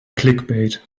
clickbait